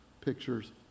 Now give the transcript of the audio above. picture's